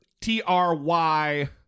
T-R-Y